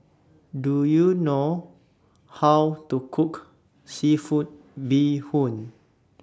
Do YOU know How to Cook Seafood Bee Hoon